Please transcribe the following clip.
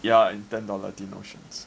ya in ten dollar denominations